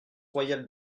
royal